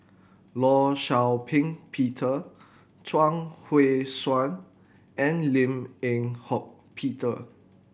Law Shau Ping Peter Chuang Hui Tsuan and Lim Eng Hock Peter